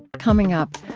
coming up,